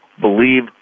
believe